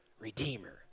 Redeemer